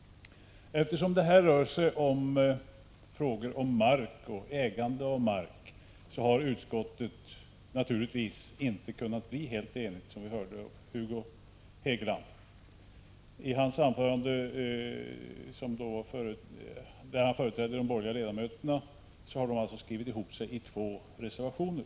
Eftersom det här rör sig om frågor om mark och ägande av mark har utskottet naturligtvis inte kunnat bli helt enigt, som vi hörde av Hugo Hegelands anförande, där han företrädde de borgerliga ledamöterna, som har skrivit ihop sig i två reservationer.